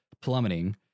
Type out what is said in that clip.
plummeting